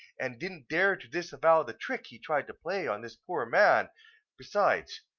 and didn't dare to disavow the trick he tried to play on this poor man besides,